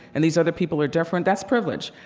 and these other people are different. that's privilege.